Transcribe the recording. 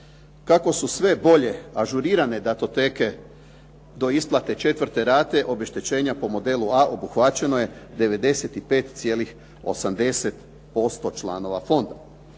kako su sve bolje ažurirane datoteke do isplate četvrte rate obeštećenja po modelu a obuhvaćeno je 95,80% članova fonda.